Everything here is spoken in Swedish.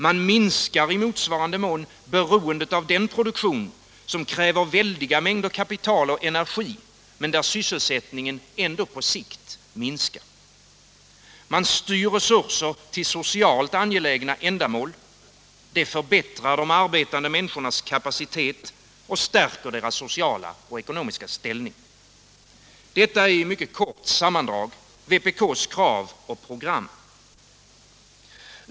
Man minskar i motsvarande mån beroendet av den produktion som kräver väldiga mängder Arbetsmarknadspolitiken Arbetsmarknadspolitiken kapital och energi men där sysselsättningen ändå på sikt minskar. Man styr resurser till socialt angelägna ändamål. Det förbättrar de arbetande människornas kapacitet och stärker deras sociala och ekonomiska ställning. Detta är i mycket kort sammandrag vpk:s krav och program.